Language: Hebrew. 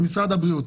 משרד הבריאות.